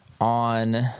on